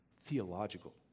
theological